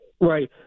Right